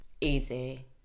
Easy